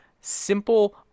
simple